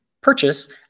purchase